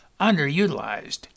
underutilized